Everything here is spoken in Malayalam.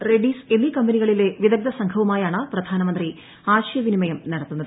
റെഡ്നീസ് എന്നീ കമ്പനികളിലെ വിദഗ്ദ്ധ സംഘവുമായാണ് പ്രധാനമന്ത്രി ആശയവിനിമയം നടത്തുന്നത്